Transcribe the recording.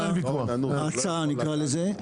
ההצעה נקרא לזה,